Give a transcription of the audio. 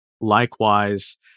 likewise